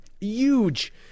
Huge